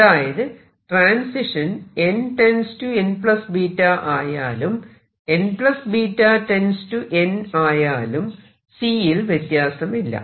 അതായത് transition n → nβ ആയാലും nβ→ n ആയാലും |C| യിൽ വ്യത്യാസമില്ല